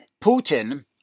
Putin